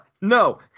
No